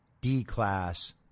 D-class